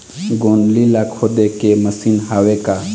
गोंदली ला खोदे के मशीन हावे का?